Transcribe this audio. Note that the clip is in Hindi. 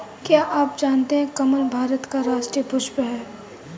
क्या आप जानते है कमल भारत का राष्ट्रीय पुष्प है?